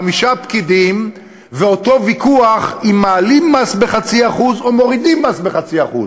חמישה פקידים ואותו ויכוח אם מעלים מס ב-0.5% או מורידים מס ב-0.5%.